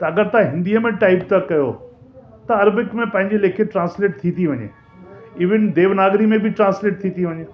अगरि तव्हां हिन्दी में टाइप था कयो त अरेबिक में पंहिंजी लिखित ट्रांस्लेट थी थी वञे इविन देवनागरी में ट्रांस्लेट थी थी वञे